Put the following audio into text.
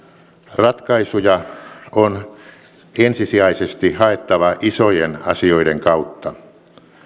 ratkaisuja on ensisijaisesti haettava isojen asioiden kautta